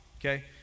okay